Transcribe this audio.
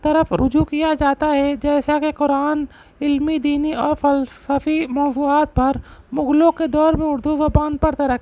طرف رجوع کیا جاتا ہے جیسا کہ قرآن علمی دینی اور فلسفی موضوعات پر مغلوں کے دور میں اردو زبان پر ترا